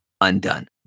undone